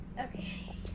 okay